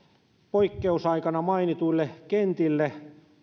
poikkeusaikana mainituille kentille